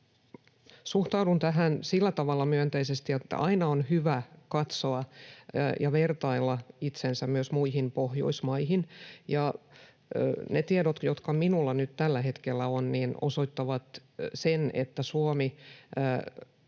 Suhtaudun tähän sillä tavalla myönteisesti, että aina on hyvä katsoa ja vertailla itseään myös muihin Pohjoismaihin, ja ne tiedot, jotka minulla nyt tällä hetkellä on, osoittavat sen, että Suomessa,